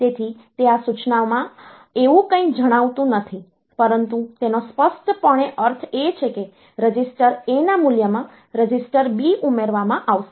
તેથી તે આ સૂચનામાં એવું કંઈ જણાવતું નથી પરંતુ તેનો સ્પષ્ટપણે અર્થ એ છે કે રજિસ્ટર A ના મૂલ્યમાં રજિસ્ટર B ઉમેરવામાં આવશે